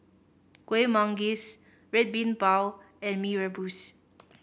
Kuih Manggis Red Bean Bao and Mee Rebus